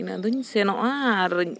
ᱤᱱᱟᱹ ᱫᱚᱧ ᱥᱮᱱᱚᱜᱼᱟ ᱟᱨᱤᱧ